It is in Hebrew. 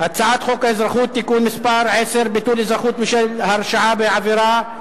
הצעת חוק האזרחות (תיקון מס' 10) (ביטול אזרחות בשל הרשעה בעבירה),